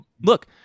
look